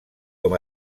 com